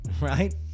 right